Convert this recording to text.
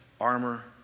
armor